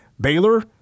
Baylor